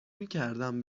میکردم